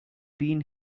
been